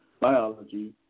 biology